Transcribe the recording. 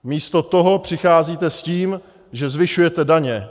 Místo toho přicházíte s tím, že zvyšujete daně.